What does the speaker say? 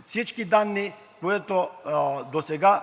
всички данни, които досега